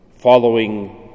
following